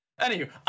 Anywho